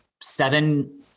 seven